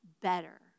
better